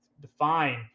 define –